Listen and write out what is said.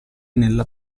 nella